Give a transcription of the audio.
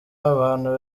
abantu